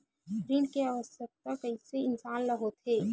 ऋण के आवश्कता कइसे इंसान ला होथे?